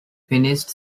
finished